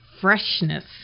freshness